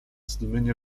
zdumienie